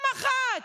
יותר גבוה.